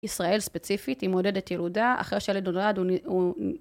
ישראל ספציפית היא מועדדת ילודה אחרי שהילד נולד הוא